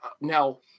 now